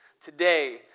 Today